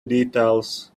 details